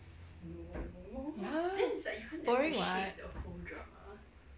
ya boring [what]